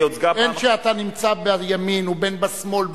בין שאתה נמצא בימין ובין בשמאל,